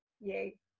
yay